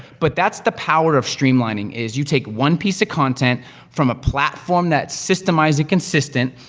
but that's the power of streamlining is you take one piece of content from a platform that's systemized and consistent,